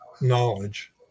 knowledge